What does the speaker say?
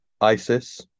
isis